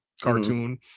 cartoon